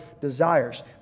desires